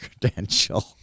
credential